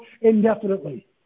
indefinitely